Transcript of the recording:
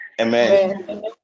Amen